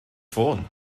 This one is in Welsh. ffôn